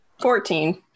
Fourteen